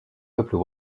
peuples